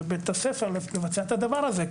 ובית הספר מבצע את הדבר הזה,